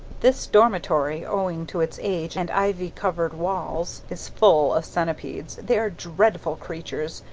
this dormitory, owing to its age and ivy-covered walls, is full of centipedes. they are dreadful creatures.